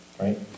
right